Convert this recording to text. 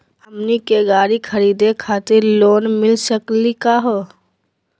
हमनी के गाड़ी खरीदै खातिर लोन मिली सकली का हो?